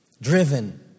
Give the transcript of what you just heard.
driven